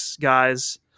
guys